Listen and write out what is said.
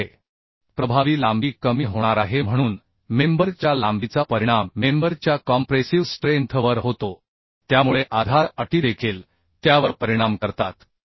त्यामुळे प्रभावी लांबी कमी होणार आहे म्हणून मेंबर च्या लांबीचा परिणाम मेंबर च्या कॉम्प्रेसिव स्ट्रेंथ वर होतो त्यामुळे आधार अटी देखील त्यावर परिणाम करतात